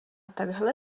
takhle